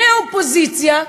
מהאופוזיציה,